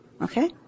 Okay